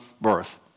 birth